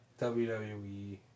WWE